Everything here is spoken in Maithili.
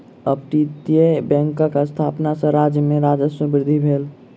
अपतटीय बैंकक स्थापना सॅ राज्य में राजस्व वृद्धि भेल